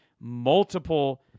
multiple